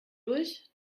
durch